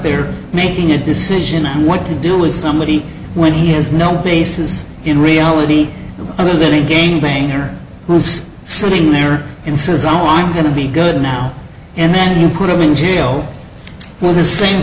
they're making a decision on what to do with somebody when he has no basis in reality other than a game banger who's sitting there and says oh i'm going to be good now and then you put him in jail for the same